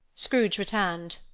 scrooge returned.